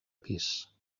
pis